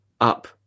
up